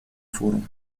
форум